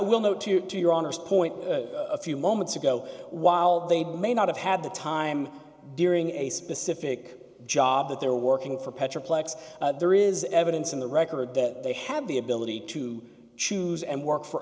will note to you to your honest point a few moments ago while they may not have had the time during a specific job that they're working for petra plex there is evidence in the record that they have the ability to choose and work for